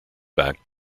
back